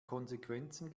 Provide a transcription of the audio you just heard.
konsequenzen